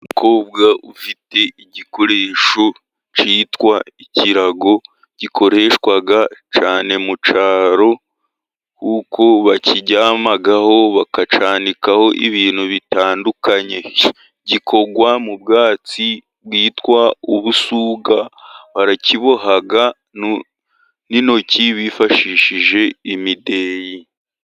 Umukobwa ufite igikoresho cyitwa ikirago. Gikoreshwa cyane mu cyaro kuko bakiryamaho, bakacyanikaho ibintu bitandukanye. Gikorwa mu bwatsi bwitwa ubusuga, barakiboha n'intoki bifashishije imideyi.